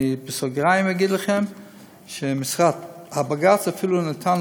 בסוגריים אני אגיד לכם שבג"ץ אפילו נתן